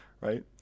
right